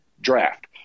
draft